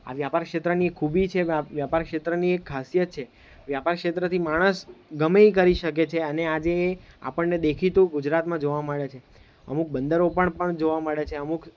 આ વ્યાપાર ક્ષેત્રની ખૂબી છે વ્યાપાર ક્ષેત્રની ખાસિયત છે વ્યાપાર ક્ષેત્રથી માણસ ગમે એ કરી શકે છે અને આજે એ આપણને દેખીતું ગુજરાતમાં જોવા મળે છે અમુક બંદરો પણ પણ જોવા મળે છે અમુક